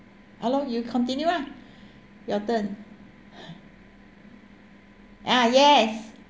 hello you continue ah your turn ah yes